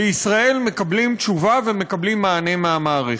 מקבלים תשובה ומקבלים מענה מהמערכת.